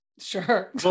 Sure